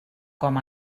com